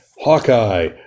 Hawkeye